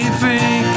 free